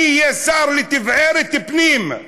אני אהיה שר לתבערת פנים,